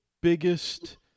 biggest